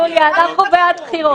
יוליה, אנחנו בעד בחירות.